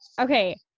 Okay